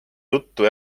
juttu